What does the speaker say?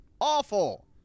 awful